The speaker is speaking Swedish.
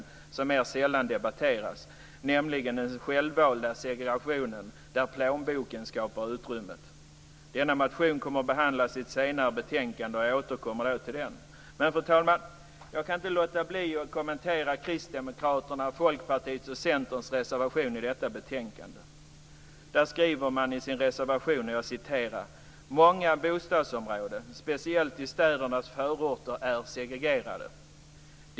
Denna motion kommer att behandlas i ett senare betänkande, och jag återkommer då till den. Fru talman! Jag kan inte låta bli att kommentera Kristdemokraternas, Folkpartiets och Centerns reservation i detta betänkande. Där framgår följande i reservationen: "Många bostadsområden, speciellt i storstädernas förorter, är segregerade.